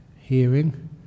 hearing